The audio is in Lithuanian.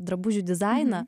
drabužių dizainą